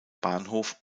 bahnhof